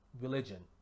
Religion